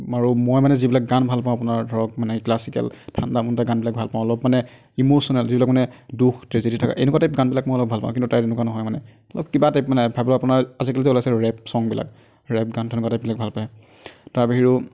আৰু মই মানে যিবিলাক গান ভাল পাওঁ আপোনাৰ ধৰক মানে ক্লাছিকেল ঠাণ্ডা মুণ্ডা গানবিলাক ভাল পাওঁ অলপ মানে ইমোশ্যনেল যিবিলাক মানে দুখ ট্ৰেজেদি থকা এনেকুৱা টাইপ গানবিলাক মই অলপ ভাল পাওঁ কিন্তু তাই এনেকুৱা নহয় মানে অলপ কিবা টাইপ মানে ভাবি লওক আপোনাৰ আজিকালি যে ওলাইছে ৰেপ ছঙবিলাক ৰেপ গান তেনেকুৱা টাইপবিলাক ভাল পায় তাৰ বাহিৰেও